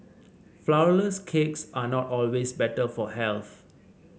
flour less cakes are not always better for health